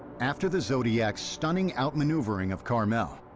after the zodiac's stunning outmaneuvering of carmel,